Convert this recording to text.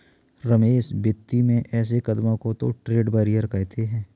रमेश वित्तीय में ऐसे कदमों को तो ट्रेड बैरियर कहते हैं